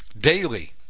daily